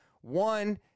One